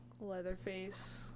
Leatherface